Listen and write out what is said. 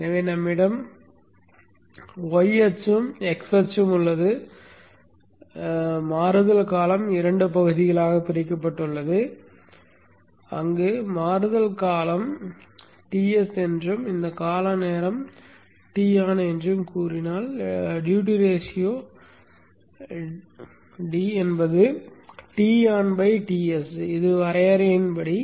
எனவே நம்மிடம் y அச்சும் x அச்சும் உள்ளது என்று நான் கூறினால் மாறுதல் காலம் இரண்டு பகுதிகளாகப் பிரிக்கப்பட்டுள்ளது அங்கு பொருள் மாறுதல் காலம் Ts என்றும் இந்த காலம் நேர Ton என்றும் கூறினால் duty ratio d Ton Ts இது வரையறையின்படி